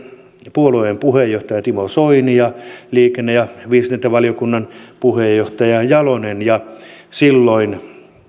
puolueen puheenjohtaja timo soini liikenne ja viestintävaliokunnan puheenjohtaja jalonen ja silloin